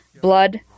blood